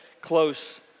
close